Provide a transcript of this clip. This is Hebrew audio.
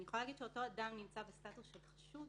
אותו אדם נמצא בסטטוס של חשוד